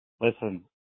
Listen